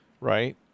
right